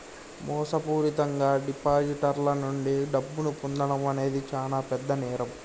మోసపూరితంగా డిపాజిటర్ల నుండి డబ్బును పొందడం అనేది చానా పెద్ద నేరం